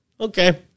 Okay